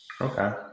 Okay